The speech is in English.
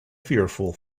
fearful